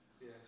Yes